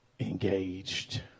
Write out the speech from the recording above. engaged